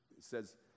says